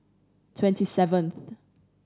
twenty seventh